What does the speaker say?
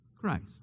Christ